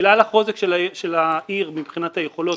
בגלל החוזק של העיר מבחינת היכולות,